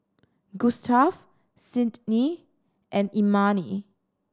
Gustaf Sydnee and Imani